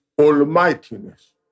almightiness